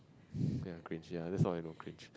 ya cringy lah that's all I know cringe